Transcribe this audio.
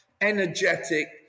energetic